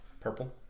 Purple